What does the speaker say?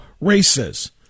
races